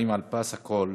שאחראים לפס הקול